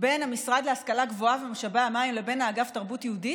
בין המשרד להשכלה גבוהה ומשאבי המים לבין האגף לתרבות יהודית?